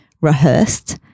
rehearsed